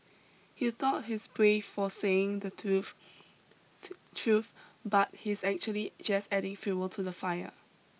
he thought he's brave for saying the truth truth but he's actually just adding fuel to the fire